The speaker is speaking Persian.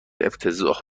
افتضاح